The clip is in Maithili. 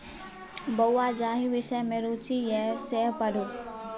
बौंआ जाहि विषम मे रुचि यै सैह पढ़ु